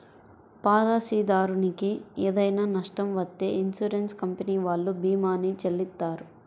పాలసీదారునికి ఏదైనా నష్టం వత్తే ఇన్సూరెన్స్ కంపెనీ వాళ్ళు భీమాని చెల్లిత్తారు